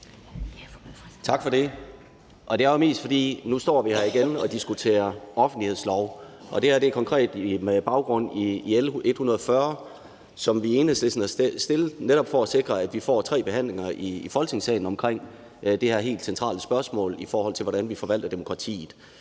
Tak for det. Nu står vi her igen og diskuterer offentlighedslov, og her er det konkret med baggrund i L 140, som vi i Enhedslisten har fremsat netop for at sikre, at vi får tre behandlinger i Folketingssalen omkring det her helt centrale spørgsmål, i forhold til hvordan vi forvalter demokratiet.